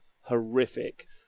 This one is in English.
horrific